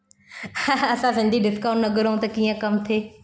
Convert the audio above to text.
असां सिंधी डिस्काउंट न घुरऊं त कीअं कमु थिए